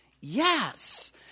Yes